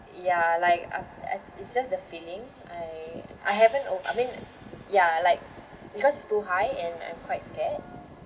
ya like I've I it's just the feeling I I haven't o~ I mean ya like because it's too high and I'm quite scared